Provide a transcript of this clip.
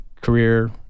career